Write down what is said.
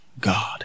God